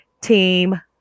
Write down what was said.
Team